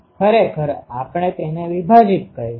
ખરેખર આપણે તેને વિભાજીત કરીશું